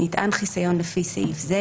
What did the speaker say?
(ג)נטען חיסיון לפי סעיף זה,